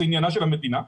זה עניינה של המדינה,